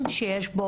שהוא שונה,